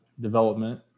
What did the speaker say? development